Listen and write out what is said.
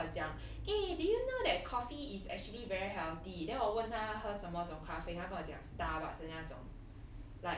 会上来跟我讲 eh did you know that coffee is actually very healthy then 我问她喝什么种咖啡她跟我讲 Starbucks 的那种